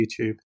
YouTube